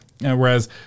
Whereas